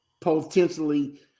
potentially